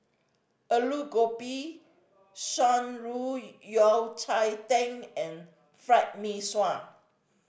Aloo Gobi Shan Rui Yao Cai Tang and Fried Mee Sua